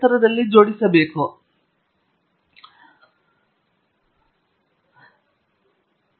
ಇದು gas bottle ಬೀಳಲು ಅನುಮತಿಸುವುದಿಲ್ಲ